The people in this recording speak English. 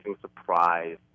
surprise